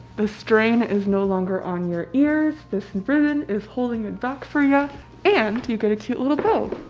the strain is no longer on your ears this and ribbon is holding it back for you and you get a cute little bow!